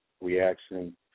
reaction